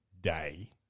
day